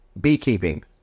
Beekeeping